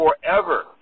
forever